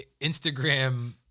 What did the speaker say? Instagram